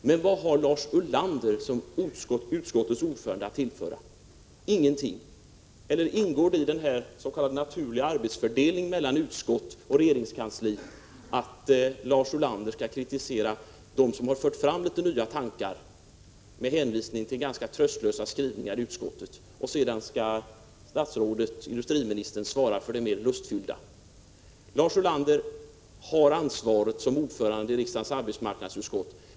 Men vad har Lars Ulander som utskottets ordförande att tillföra? Ingenting. Ingår det i den s.k. naturliga arbetsfördelningen mellan utskott och regeringskansli att Lars Ulander med hänvisning till ganska tröstlösa skrivningar i utskottet skall kritisera dem som har fört fram litet nya tankar, medan industriministern skall svara för det mer lustbetonade? Lars Ulander har ett ansvar som ordförande i riksdagens arbetsmarknadsutskott.